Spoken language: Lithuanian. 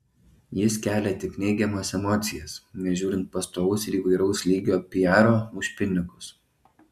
jis kelia tik neigiamas emocijas nežiūrint pastovaus ir įvairaus lygio pijaro už pinigus